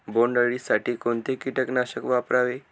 बोंडअळी साठी कोणते किटकनाशक वापरावे?